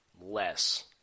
less